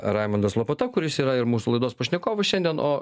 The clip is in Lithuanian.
raimundas lopata kuris yra ir mūsų laidos pašnekovas šiandien o